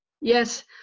Yes